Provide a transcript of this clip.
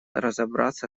разобраться